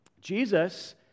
Jesus